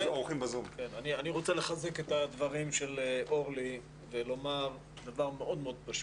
אני רוצה לחזק את דבריה של אורלי ולומר דבר מאוד מאוד פשוט.